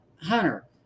Hunter